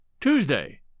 Tuesday